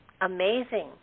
amazing